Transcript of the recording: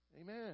Amen